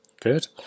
Good